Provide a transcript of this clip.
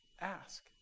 ask